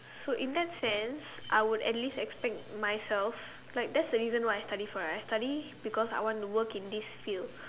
so in that sense I would at least expect myself like that's the reason why I study for right I study because I want to work in this field